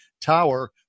Tower